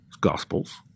gospels